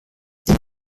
dem